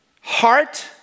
heart